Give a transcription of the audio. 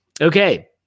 Okay